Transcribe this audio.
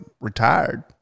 retired